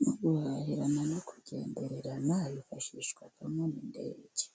Mu guhahirana no kugendererana hifashishwamo indege,